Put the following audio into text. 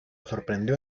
sorprendió